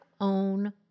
own